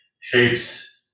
shapes